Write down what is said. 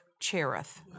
Cherith